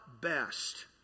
best